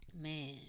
man